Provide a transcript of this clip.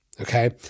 okay